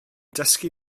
dysgu